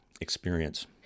experience